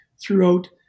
throughout